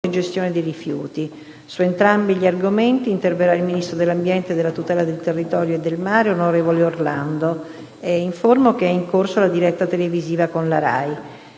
gestione dei rifiuti, cui risponderà il ministro dell'ambiente e della tutela del territorio e del mare, onorevole Orlando. Avverto che è in corso la diretta televisiva con la RAI.